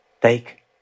Take